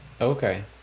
okay